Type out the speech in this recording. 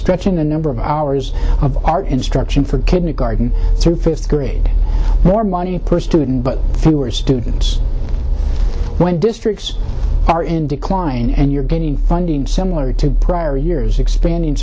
a number of hours of art instruction for kidney garden through fifth grade more money per student but fewer students when districts are in decline and you're getting funding similar to prior years expanding